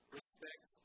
respect